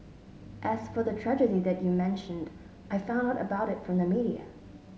as for the tragedy that you mentioned I found out about it from the media